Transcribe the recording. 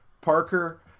Parker